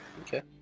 Okay